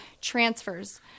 transfers